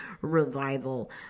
revival